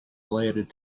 related